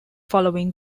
following